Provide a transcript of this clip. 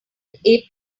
api